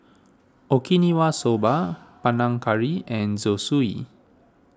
Okinawa Soba Panang Curry and Zosui